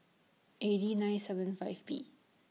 A D nine seven five B